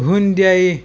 Hyundai